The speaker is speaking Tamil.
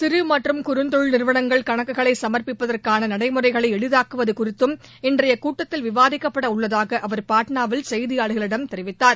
சிறு மற்றும் குறுந்தொழில் நிறுவனங்கள் கணக்குகளை சமா்பபிப்பதற்காள நடைமுறைகளை எளிதாக்குவது குறித்தும் இன்றைய கூட்டத்தில் விவாதிக்கப்பட உள்ளதாக அவர் பாட்னாவில் செய்தியாளர்களிடம் தெரிவித்தார்